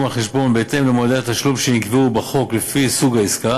החשבון בהתאם למועדי התשלום שנקבעו בחוק לפי סוג העסקה,